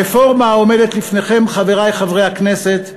הרפורמה העומדת לפניכם, חברי חברי הכנסת,